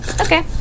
Okay